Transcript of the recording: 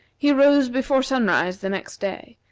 he rose before sunrise the next day,